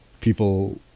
people